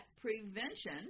prevention